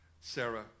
Sarah